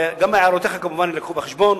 גם הערותיך, כמובן, יובאו בחשבון.